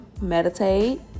meditate